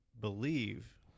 believe